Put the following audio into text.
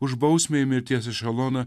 už bausmę į mirties ešeloną